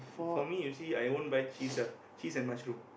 for me you see I won't buy cheese ah cheese and mushroom